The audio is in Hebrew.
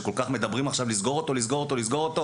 שעכשיו כול כך מדברים על סגירת הערוץ הזה.